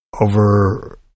over